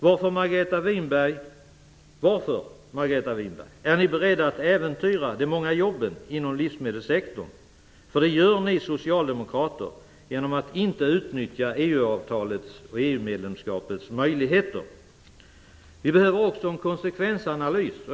Varför, Margareta Winberg, är ni beredda att äventyra de många jobben inom livsmedelssektorn? Det gör ni socialdemokrater genom att inte utnyttja EU-avtalets och EU-medlemskapets möjligheter. Vi behöver också en konsekvensanalys.